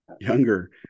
younger